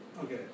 Okay